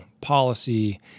policy